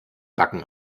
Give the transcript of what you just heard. backen